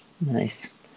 Nice